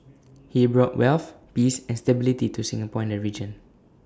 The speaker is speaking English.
he brought wealth peace and stability to Singapore and the region